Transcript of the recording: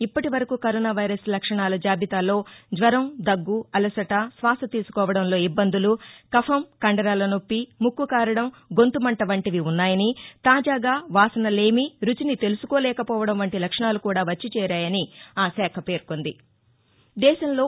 ఇప్పటివరకు corona virus లక్షణాల జాబితాలో జ్వరం దగ్గు అలసట శ్వాస తీసుకోవడంలో ఇబ్బందులు కఫం కందరాల నొప్పి ముక్కు కారడం గొంతుమంట వంటివి వున్నాయని తాజాగా వాసన లేమి రుచిని తెలుసుకోలేకపోవడం వంటి లక్షణాలు కూడా వచ్చి చేరాయని ఆ శాఖ పేర్కొంది